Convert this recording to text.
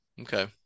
Okay